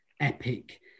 epic